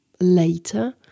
Later